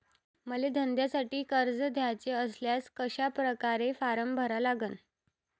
मले धंद्यासाठी कर्ज घ्याचे असल्यास कशा परकारे फारम भरा लागन?